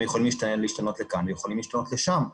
הם יכולים להשתנות לכאן ויכולים להשתנות לשם.